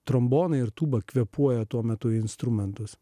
trombonai ir tūba kvėpuoja tuo metu instrumentus